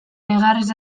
negarrez